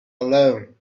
alone